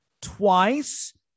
twice